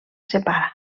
separa